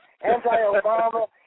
anti-Obama